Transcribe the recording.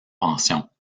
pension